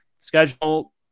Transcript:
Schedule